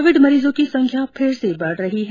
Covid मरीजों की संख्या फिर से बढ़ रही है